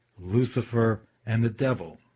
lucifer and the devil.